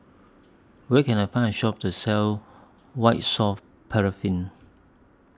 Where Can I Find A Shop that sells White Soft Paraffin